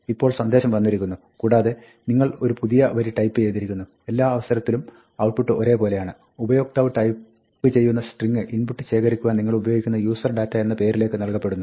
ഇപ്പോൾ സന്ദേശം വന്നിരിക്കുന്നു കൂടാതെ നിങ്ങൾ ഒരു പുതിയ വരി ടൈപ്പ് ചെയ്തിരിക്കുന്നു എല്ലാ അവസരത്തിലും ഔട്ട്പുട്ട് ഒരേ പോലെയാണ് ഉപയോക്താവ് ടൈപ്പ് ചെയ്യുന്ന സ്ട്രിങ്ങ് ഇൻപുട്ട് ശേഖരിക്കുവാൻ നിങ്ങളുപയോഗിക്കുന്ന userdata എന്ന പേരിലേക്ക് നൽകപ്പെടുന്നു